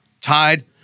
tied